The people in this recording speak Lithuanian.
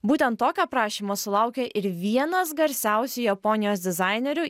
būtent tokio prašymo sulaukė ir vienas garsiausių japonijos dizainerių